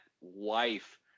wife